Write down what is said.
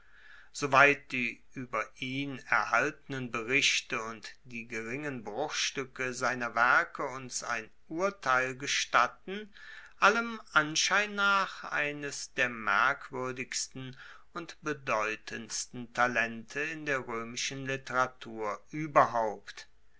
soweit die ueber ihn erhaltenen berichte und die geringen bruchstuecke seiner werke uns ein urteil gestatten allem anschein nach eines der merkwuerdigsten und bedeutendsten talente in der roemischen literatur ueberhaupt